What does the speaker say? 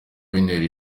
bintera